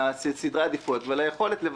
לסדרי העדיפויות וליכולת לבצע.